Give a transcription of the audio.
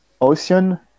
Ocean